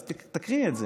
אז תקריאי את זה.